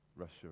Russia